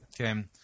Okay